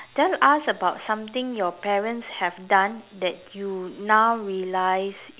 tell us about something your parents have done that you now realize